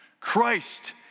Christ